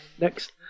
next